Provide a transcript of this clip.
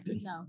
No